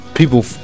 People